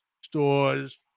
stores